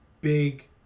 big